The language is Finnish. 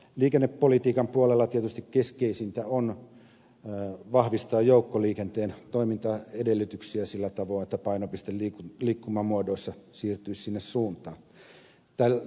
liikennepolitiikan puolella tietysti keskeisintä on vahvistaa joukkoliikenteen toimintaedellytyksiä sillä tavoin että painopiste liikkumamuodoissa siirtyisi sinne suuntaan